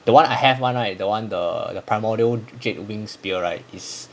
the one I have one right the one the the primordial jade winged spear right is